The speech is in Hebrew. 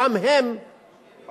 גם הם עושים,